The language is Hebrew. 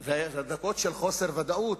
זה דקות של חוסר ודאות.